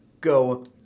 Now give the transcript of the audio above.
go